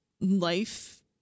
life